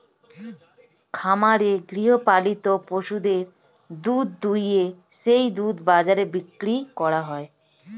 খামারে গৃহপালিত পশুদের দুধ দুইয়ে সেই দুধ বাজারে বিক্রি করা হয়